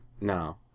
No